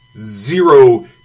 zero